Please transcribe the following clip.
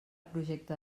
projecte